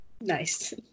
nice